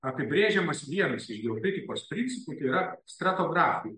apibrėžiamas vienas iš geokritikos principų yra stratografai